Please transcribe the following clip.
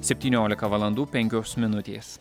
septyniolika valandų penkios minutės